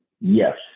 Yes